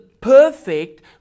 Perfect